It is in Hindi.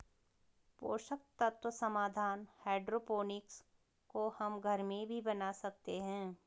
पोषक तत्व समाधान हाइड्रोपोनिक्स को हम घर में भी बना सकते हैं